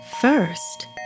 First